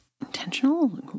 intentional